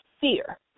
fear